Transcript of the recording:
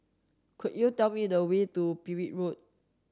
could you tell me the way to Petir Road